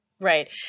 Right